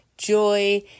joy